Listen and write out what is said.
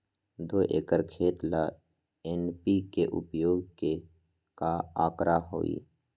दो एकर खेत ला एन.पी.के उपयोग के का आंकड़ा होई?